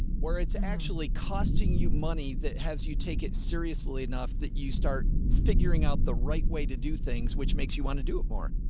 where it's and actually costing you money that has you take it seriously enough that you start figuring out the right way to do things, which makes you want to do it more.